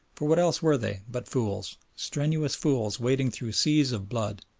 for what else were they but fools, strenuous fools wading through seas of blood,